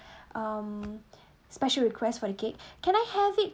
um special request for the cake can I have it